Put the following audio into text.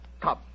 Come